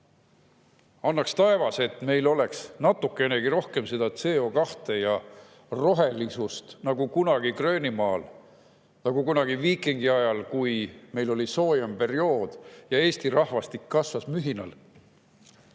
Annaks taevas, et meil oleks natukenegi rohkem seda CO2ja rohelisust nagu kunagi Gröönimaal, nagu kunagi viikingiajal, kui meil oli soojem periood ja Eesti rahvastik kasvas mühinal.